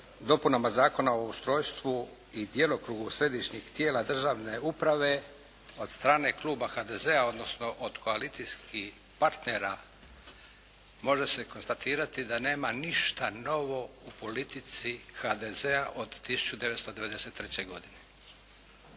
dopunama Zakona o ustrojstvu i djelokrugu središnjih tijela državne uprave od strane kluba HDZ-a odnosno od koalicijskih partnera može se konstatirati da nema ništa novo u politici HDZ-a od 1993. godine.